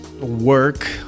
work